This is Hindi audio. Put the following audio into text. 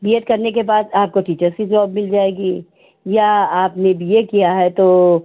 बी एड करने के बाद आपको टीचर्स की जॉब मिल जाएगी या आपने बी ए किया है तो